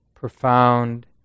Profound